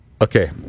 Okay